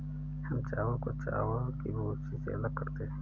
हम चावल को चावल की भूसी से अलग करते हैं